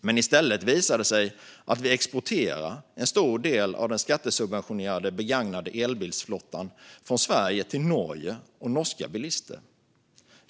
Men i stället visar det sig att vi exporterar en stor del av den skattesubventionerade begagnade elbilsflottan från Sverige till Norge och norska bilister.